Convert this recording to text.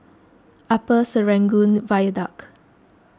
Upper Serangoon Viaduct